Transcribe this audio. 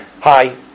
Hi